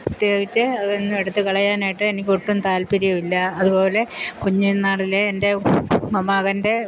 പ്രത്യേകിച്ചു അതൊന്നും എടുത്ത് കളയാനായിട്ട് എനിക്കൊട്ടും താല്പര്യമോ ഇല്ല അതുപോലെ കുഞ്ഞ് നാളിലെ എൻ്റെ മകൻ്റെ